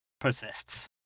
persists